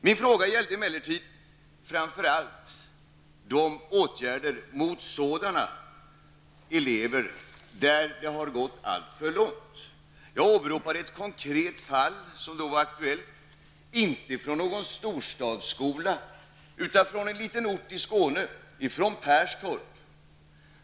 Min fråga gällde emellertid framför allt åtgärder mot sådana elever som har gått alltför långt. Jag åberopade ett konkret fall som då var aktuellt, inte i någon storstadsskola utan på en liten ort i Skåne, Perstorp.